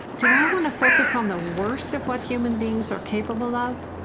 do i want to focus on the worst of what human beings are capable of?